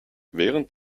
während